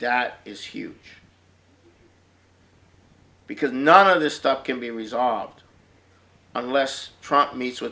that is huge because none of this stuff can be resolved unless prompt meets with